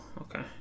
okay